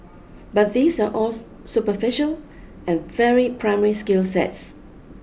but these are all superficial and very primary skill sets